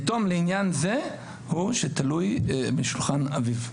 יתום לעניין זה הוא שתלוי בשולחן אביו.